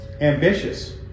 ambitious